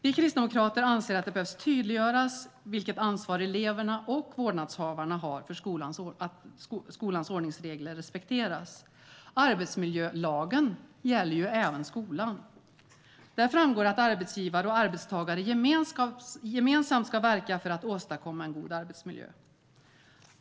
Vi kristdemokrater anser att det behöver tydliggöras vilket ansvar eleverna, och vårdnadshavarna, har för att skolans ordningsregler respekteras. Arbetsmiljölagen gäller även skolan. Där framgår att arbetsgivare och arbetstagare gemensamt ska verka för att åstadkomma en god arbetsmiljö.